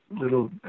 little